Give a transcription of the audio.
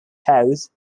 house